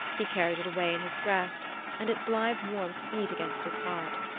he carried it away in his breast and its live warmth beat against his heart.